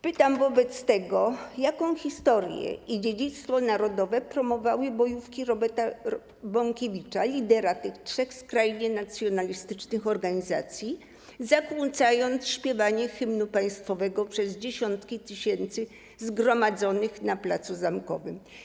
Pytam wobec tego: Jaką historię i dziedzictwo narodowe promowały bojówki Roberta Bąkiewicza, lidera tych trzech skrajnie nacjonalistycznych organizacji, zakłócając śpiewanie hymnu państwowego przez dziesiątki tysięcy osób zgromadzonych na placu Zamkowym?